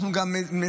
אנחנו גם מזהים,